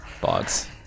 Bogs